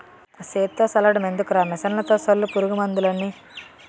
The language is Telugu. సేత్తో సల్లడం ఎందుకురా మిసన్లతో సల్లు పురుగు మందులన్నీ